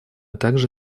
также